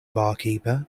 barkeeper